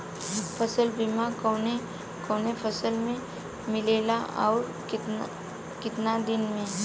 फ़सल बीमा कवने कवने फसल में मिलेला अउर कितना दिन में?